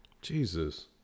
Jesus